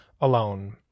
alone